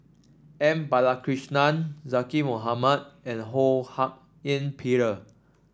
M Balakrishnan Zaqy Mohamad and Ho Hak Ean Peter